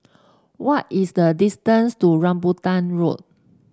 what is the distance to Rambutan Road